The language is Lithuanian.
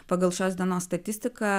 pagal šios dienos statistiką